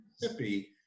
Mississippi